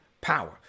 power